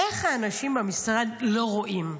איך האנשים מהמשרד לא רואים?